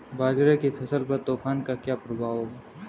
बाजरे की फसल पर तूफान का क्या प्रभाव होगा?